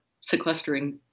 sequestering